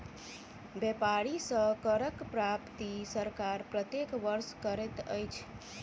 व्यापारी सॅ करक प्राप्ति सरकार प्रत्येक वर्ष करैत अछि